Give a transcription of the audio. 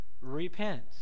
repent